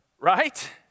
Right